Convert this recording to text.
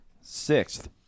Sixth